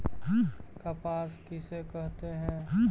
कपास किसे कहते हैं?